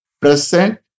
present